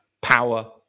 power